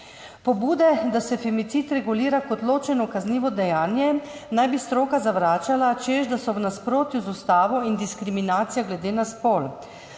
Pobude, da se femicid regulira kot ločeno kaznivo dejanje, naj bi stroka zavračala, češ da so v nasprotju z ustavo in diskriminacijo glede na spol.